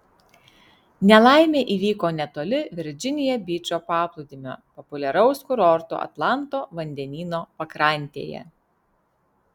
nelaimė įvyko netoli virdžinija byčo paplūdimio populiaraus kurorto atlanto vandenyno pakrantėje